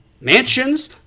mansions